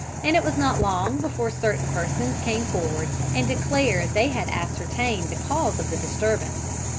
and it was not long before certain persons came forward and declared they had ascertained the cause of the disturbance.